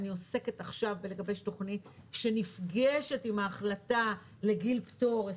אני עוסקת עכשיו בלגבש תוכנית שנפגשת עם ההחלטה לגיל פטור 21,